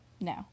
No